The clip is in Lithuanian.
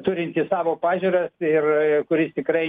turintį savo pažiūras ir kuris tikrai